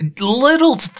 little